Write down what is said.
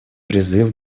призыв